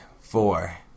four